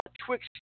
Twix